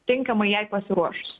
tinkamai jai pasiruošus